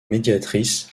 médiatrice